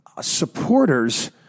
supporters